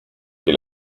que